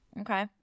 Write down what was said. okay